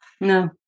No